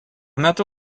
metu